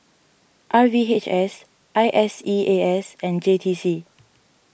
R V H S I S E A S and J T C